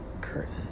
curtain